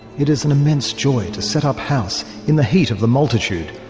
it is an immense joy to set up house in the heat of the multitude,